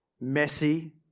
messy